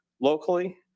locally